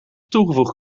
toegevoegd